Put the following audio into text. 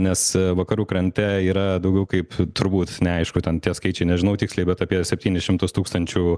nes vakarų krante yra daugiau kaip turbūt neaišku ten tie skaičiai nežinau tiksliai bet apie septynis šimtus tūkstančių